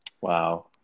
Wow